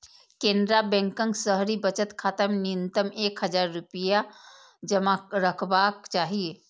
केनरा बैंकक शहरी बचत खाता मे न्यूनतम एक हजार रुपैया जमा रहबाक चाही